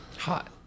Hot